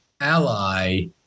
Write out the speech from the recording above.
ally